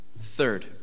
Third